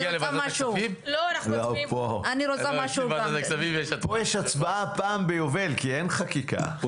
פה יש הצבעה פעם ביובל כי אין כמעט חקיקה.